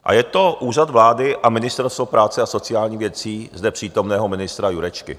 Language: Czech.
A je to Úřad vlády a Ministerstvo práce a sociálních věcí zde přítomného ministra Jurečky.